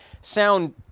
sound